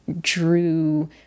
drew